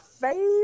favorite